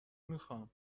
میخوام